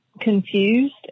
confused